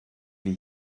wir